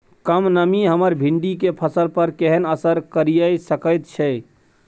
कम नमी हमर भिंडी के फसल पर केहन असर करिये सकेत छै?